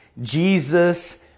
Jesus